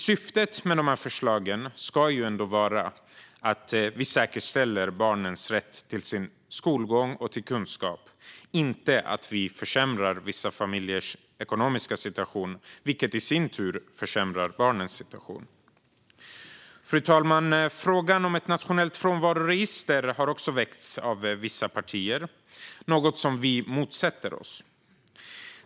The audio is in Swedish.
Syftet med dessa förslag ska ju ändå vara att vi säkerställer barnens rätt till skolgång och kunskap, inte att vi försämrar vissa familjers ekonomiska situation, vilket i sin tur försämrar barnens situation. Fru talman! Ett nationellt frånvaroregister har också föreslagits av vissa partier, något som vi motsätter oss.